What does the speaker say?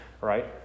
right